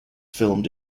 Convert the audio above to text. filmed